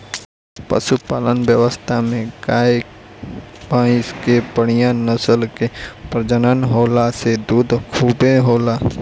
पशुपालन व्यवस्था में गाय, भइंस कअ बढ़िया नस्ल कअ प्रजनन होला से दूध खूबे होला